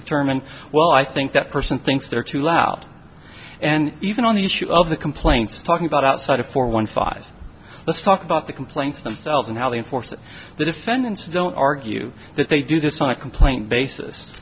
a term and well i think that person thinks they're too loud and even on the issue of the complaints talking about outside of four one five let's talk about the complaints themselves and how they enforce the defendants don't argue that they do this on a complaint basis